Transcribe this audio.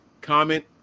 comment